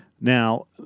now